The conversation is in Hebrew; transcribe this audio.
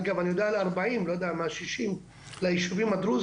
אגב אני יודע על ארבעים אני לא יודע על מה שישים לישובים הדרוזים,